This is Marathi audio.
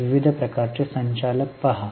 विविध प्रकारचे संचालक पहा